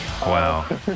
Wow